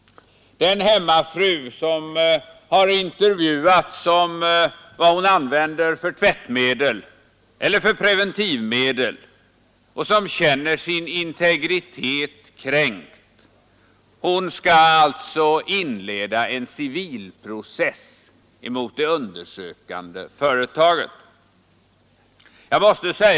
Den hemmafru Onsdagen den som har intervjuats om vilket tvättmedel eller vilket preventivmedel hon 24 oktober 1973 använder och som känner sin integritet kränkt skall alltså inleda en civilprocess mot det undersökande företaget.